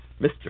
Mr